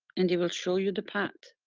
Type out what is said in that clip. and they will show you the path.